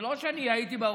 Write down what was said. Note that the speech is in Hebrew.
זה לא שאני הייתי באופוזיציה,